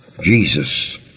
Jesus